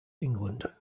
england